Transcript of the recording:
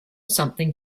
something